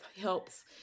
helps